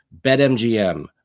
BetMGM